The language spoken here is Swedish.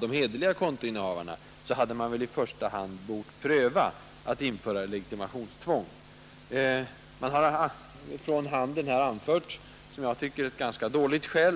de hederliga kontoinnehavarna, så hade i första hand ett legitimationstvång bort prövas. Handeln har anfört ett som jag tycker ganska dåligt skäl.